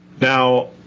Now